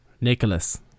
Nicholas